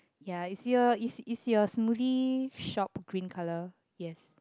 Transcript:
ya is your is is your smoothie shop green colour yes